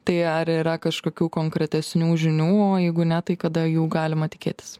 tai ar yra kažkokių konkretesnių žinių o jeigu ne tai kada jų galima tikėtis